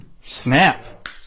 Snap